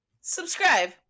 Subscribe